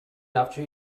after